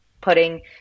putting